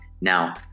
Now